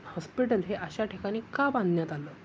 hospital हे अशा ठिकाणी का बांधण्यात आलं